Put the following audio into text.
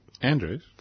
Andrews